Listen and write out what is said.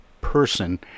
person